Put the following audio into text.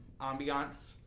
ambiance